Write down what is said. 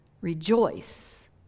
rejoice